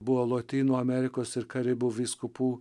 buvo lotynų amerikos ir karibų vyskupų